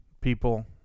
people